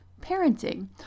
parenting